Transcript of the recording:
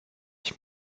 ich